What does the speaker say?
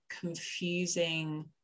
confusing